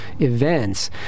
events